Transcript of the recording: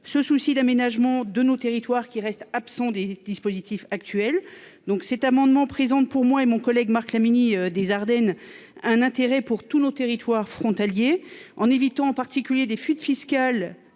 Ce souci d'aménagement de nos territoires, qui reste absent des dispositifs actuels. Donc cet amendement présente pour moi et mon collègue Marc Laménie des Ardennes un intérêt pour tous nos territoires frontaliers en évitant en particulier des fuites fiscales